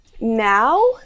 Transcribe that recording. Now